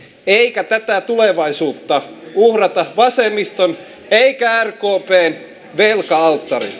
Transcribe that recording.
eikä tätä tulevaisuutta uhrata vasemmiston eikä rkpn velka alttarilla